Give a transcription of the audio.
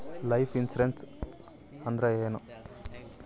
Life insurance ಅಂದ್ರ ಏನ?